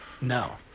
no